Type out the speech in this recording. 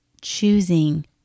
choosing